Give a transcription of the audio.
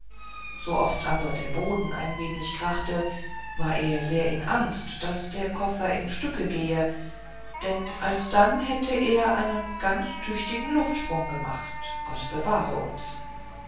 so oft aber der boden ein wenig krachte war er sehr in angst daß der koffer in stücke gehe denn alsdann hätte er einen ganz tüchtigen luftsprung gemacht gott bewahre uns